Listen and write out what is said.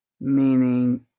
meaning